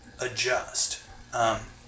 adjust